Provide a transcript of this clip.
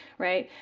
right?